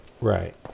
Right